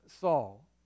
saul